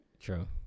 true